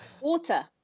Water